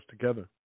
together